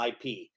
IP